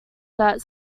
that